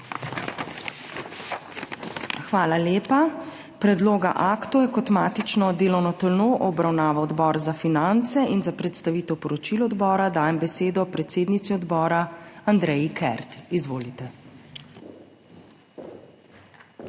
Hvala lepa. Predloga aktov je kot matično delovno telo obravnaval Odbor za finance. Za predstavitev poročil odbora dajem besedo predsednici odbora Andreji Kert. Izvolite.